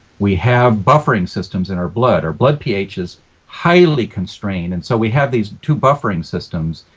we have buffering systems in our blood. our blood ph is highly constrained and so we have these two buffering systems,